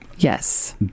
Yes